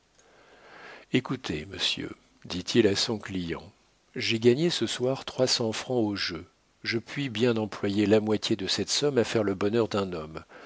écoutez monsieur dit-il à son client j'ai gagné ce soir trois cents francs au jeu je puis bien employer la moitié de cette somme à faire le bonheur d'un homme